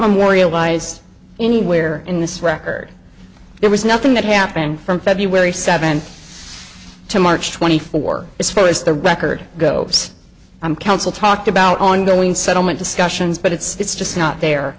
memorialized anywhere in this record there was nothing that happened from february seventh to march twenty four as far as the record go i'm counsel talked about ongoing settlement discussions but it's just not there